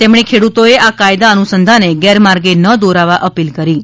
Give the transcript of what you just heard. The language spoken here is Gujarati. તેમણે ખેડૂતોએ આ કાયદા અનુસંધાને ગેરમાર્ગે ન દોરાવા અપીલ કરી હતી